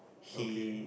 okay